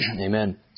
Amen